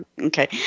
okay